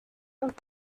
auf